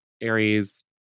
Aries